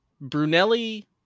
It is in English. Brunelli